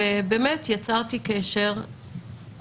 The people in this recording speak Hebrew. ובאמת יצרתי קשר,